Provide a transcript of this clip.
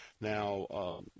Now